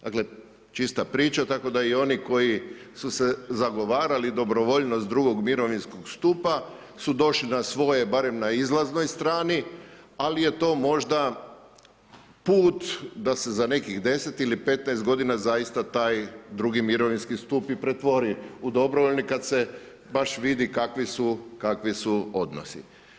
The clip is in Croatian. Dakle, čista priča, tako da i oni koji su se zagovarali dobrovoljnost drugog mirovinskog stupa su došli na svoje, barem na izlaznoj strani, ali je to možda put da se za nekih 10 ili 15 godina zaista taj drugi mirovinski stup pretvori u dobrovoljni, kad se baš vidi kakvi su, kakvi su odnosi.